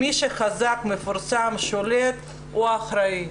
מי שחזק, מפורסם ושולט, הוא אחראי.